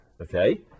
okay